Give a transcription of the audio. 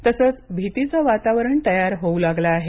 तसंच भीतीचं वातावरण तयार होऊ लागलंय